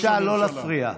בבקשה לא להפריע.